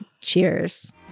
cheers